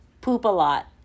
Poop-a-Lot